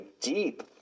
deep